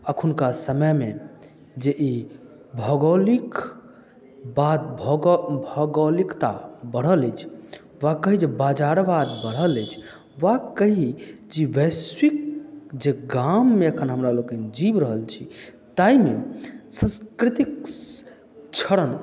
एखुनका समयमे जे ई भौगौलिकवाद भौगोलिकता बढ़ल अछि वा कही जे बाजारवाद बढ़ल अछि वा कही जे वैश्विक जे गाममे हमरा लोकनि जीवि रहल छी ताहिमे सांस्कृतिक क्षण